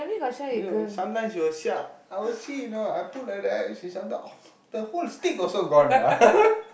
no sometimes you will siap I'll see you know I put like that then sometimes she's the whole stick also gone lah